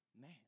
man